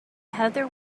heather